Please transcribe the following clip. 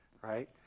right